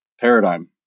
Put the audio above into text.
paradigm